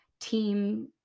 team